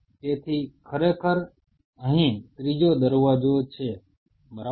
તેથી ખરેખર અહીં ત્રીજો દરવાજો છે બરાબર